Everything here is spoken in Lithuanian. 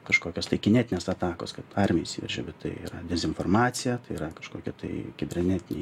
kažkokios tai kinetinės atakos kad armija įsiveržė bet tai yra dezinformacija tai yra kažkokia tai kibernetiniai